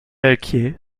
alquier